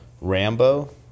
Rambo